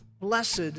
blessed